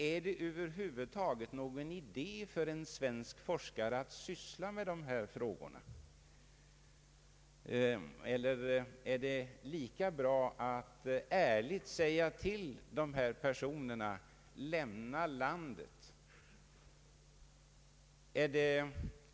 Är det över huvud taget någon idé för svenska forskare att syssla med dessa frågor, eller är det lika bra att ärligt uppmana dessa personer att lämna landet?